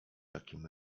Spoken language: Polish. takim